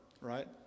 right